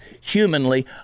humanly